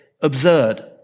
absurd